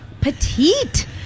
petite